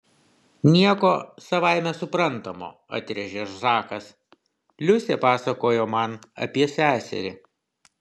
nieko savaime suprantamo atrėžė zakas liusė pasakojo man apie seserį